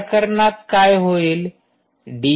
या प्रकरणात काय होईल